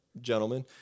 gentlemen